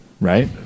right